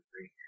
three